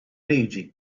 liġi